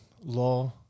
law